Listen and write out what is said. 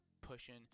pushing